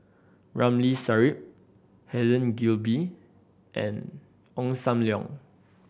Ramli Sarip Helen Gilbey and Ong Sam Leong